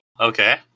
okay